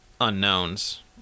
unknowns